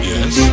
Yes